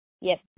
Yes